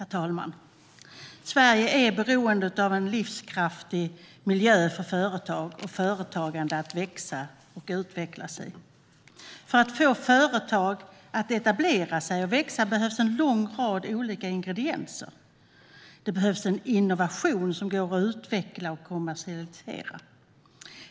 Herr talman! Sverige är beroende av en livskraftig miljö för företag och företagande att växa och utvecklas i. För att få företag att etablera sig och växa behövs en lång rad olika ingredienser. Det behövs en innovation som går att utveckla och kommersialisera.